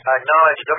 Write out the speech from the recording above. acknowledge